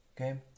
Okay